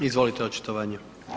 Izvolite očitovanje.